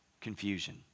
confusion